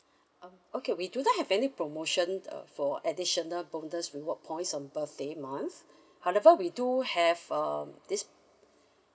uh okay we do not have any promotion uh for additional bonus reward points on birthday month however we do have err this